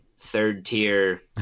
third-tier